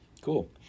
cool